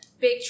big